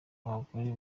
abagore